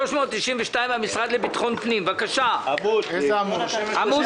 עמ' 37 פנייה מס'